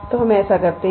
तो हम ऐसा करते हैं